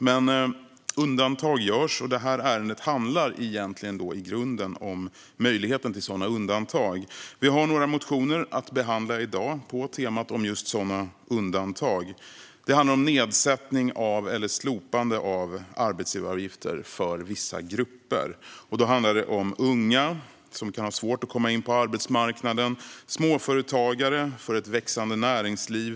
Men undantag görs, och detta ärende handlar i grunden om möjligheten till sådana undantag. Vi har några motioner att behandla i dag på temat undantag, i detta fall nedsättning av eller slopande av arbetsgivaravgifter för vissa grupper. Det handlar om unga, som kan ha svårt att komma in på arbetsmarknaden. Det handlar om småföretagare för ett växande näringsliv.